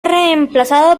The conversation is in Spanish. reemplazado